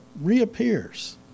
reappears